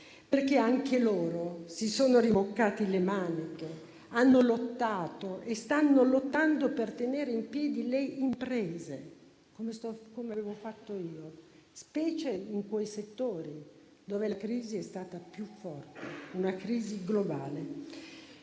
perché anche loro si sono rimboccati le maniche, hanno lottato e stanno lottando per tenere in piedi le imprese - come avevo fatto io - specie in quei settori nei quali la crisi è stata più forte e globale.